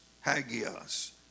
Hagios